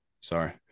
Sorry